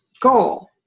goal